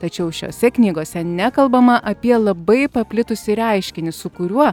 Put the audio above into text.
tačiau šiose knygose nekalbama apie labai paplitusį reiškinį su kuriuo